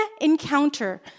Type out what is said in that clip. encounter